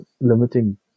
limiting